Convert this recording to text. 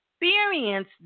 experience